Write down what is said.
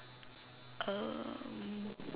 um